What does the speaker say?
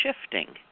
shifting